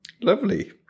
Lovely